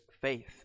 faith